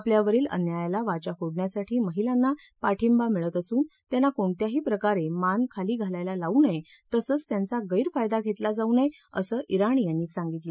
आपल्यावरील अन्यायाला वाचा फोडण्यासाठी महिलांना पाठिंबा मिळत असून त्यांना कोणत्याही प्रकारे मान खाली घालायला लावू नये तसंच त्यांचा गैरफायदा घेतला जाऊ नये असं ज्ञाणी यांनी सांगितलं